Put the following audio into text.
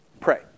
pray